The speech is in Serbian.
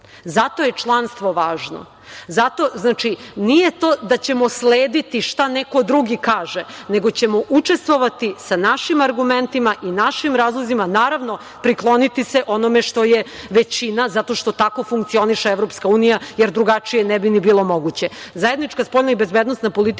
Zato je članstvo važno. Nije to da ćemo slediti šta neko drugi kaže nego ćemo učestvovati sa našim argumentima i našim razlozima, naravno prikloniti se onome što je većina, zato što tako funkcioniše EU, jer drugačije ne bi ni bilo moguće. Zajednička spoljna i bezbednosna politika